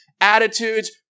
attitudes